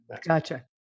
Gotcha